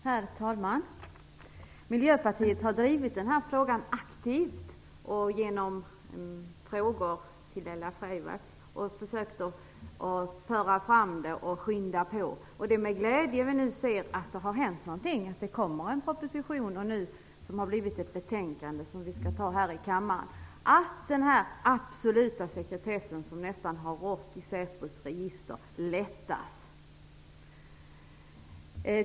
Herr talman! Miljöpartiet har drivit den här frågan aktivt. Genom frågor till Laila Freivalds har vi försökt föra fram den och skynda på den. Det är med glädje som vi nu ser att det har hänt någonting. Det har kommit en proposition, och nu har vi ett betänkande som vi skall fatta beslut om här i kammaren. Det handlar om att den nästan absoluta sekretess som har rått i Säpos register skall lättas.